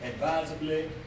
advisably